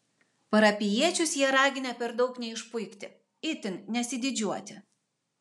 parapijiečius jie raginę per daug neišpuikti itin nesididžiuoti